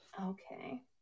okay